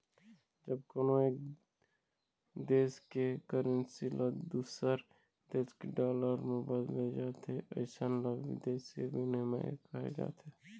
जब कोनो एक देस के करेंसी ल दूसर देस के डॉलर म बदले जाथे अइसन ल बिदेसी बिनिमय कहे जाथे